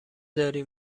داری